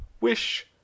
wish